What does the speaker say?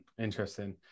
Interesting